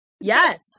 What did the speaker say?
yes